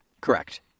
Correct